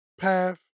path